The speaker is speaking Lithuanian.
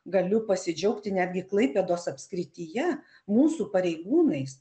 galiu pasidžiaugti netgi klaipėdos apskrityje mūsų pareigūnais